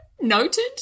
Noted